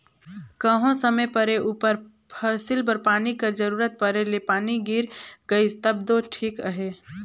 कहों समे परे उपर फसिल बर पानी कर जरूरत परे ले पानी गिर गइस तब दो ठीक अहे